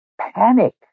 panic